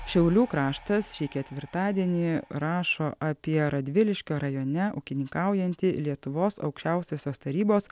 šiaulių kraštas šį ketvirtadienį rašo apie radviliškio rajone ūkininkaujantį lietuvos aukščiausiosios tarybos